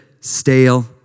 stale